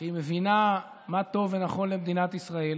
שהיא מבינה מה טוב ונכון למדינת ישראל,